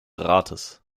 rates